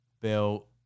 bill